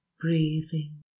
breathing